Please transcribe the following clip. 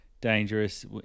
Dangerous